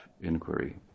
inquiry